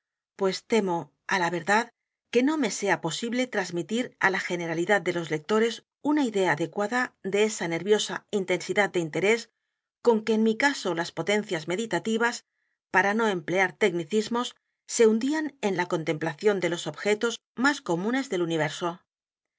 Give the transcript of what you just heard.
pues temo á la verdad que no me sea posible trasmitir á la generalidad de los lectores una idea adecuada de esa nerviosa intensidad de interés con que en mi caso las potencias meditativas para no emplear tecnicismos se hundían en la contemplación de los objetos más comunes del universo